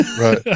Right